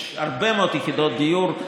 יש הרבה מאוד יחידות דיור,